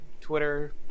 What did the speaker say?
Twitter